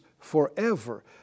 forever